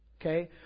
Okay